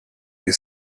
you